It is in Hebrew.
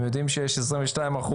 הם יודעים שיש 22%,